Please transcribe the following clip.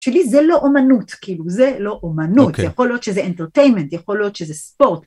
בשבילי זה לא אמנות, כאילו זה לא אמנות, יכול להיות שזה אינטרטיימנט, יכול להיות שזה ספורט.